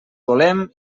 volem